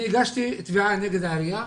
אני הגשתי תביעה נגד העירייה.